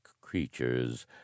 creatures